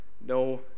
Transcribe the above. No